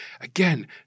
Again